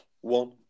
one